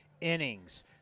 innings